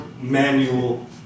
manual